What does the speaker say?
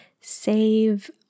save